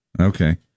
Okay